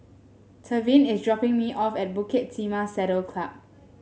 Tevin is dropping me off at Bukit Timah Saddle Club